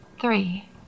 Three